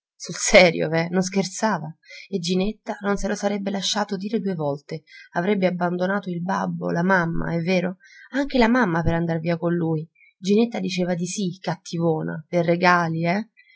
sul serio veh non scherzava e ginetta non se lo sarebbe lasciato dire due volte avrebbe abbandonato il babbo la mamma è vero anche la mamma per andar via con lui ginetta diceva di sì cattivona pei regali eh